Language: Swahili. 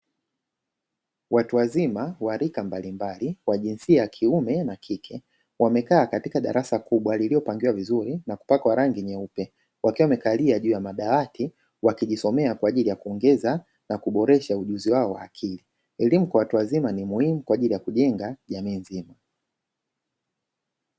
Watu wazima wa rika mbalimbali wa jinsia ya kiume na kike wamekaa katika darasa kubwa lililopangwa vizuri na kupakwa rangi nyeupe. Wakiwa wamekalaa juu ya madawati wakijisomea kwa ajili ya kuongeza na kuboresha ujuzi wao wa akili. Elimu kwa watu wazima ni muhimu kwa ajili ya kujenga jamii nzima.